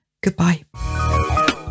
Goodbye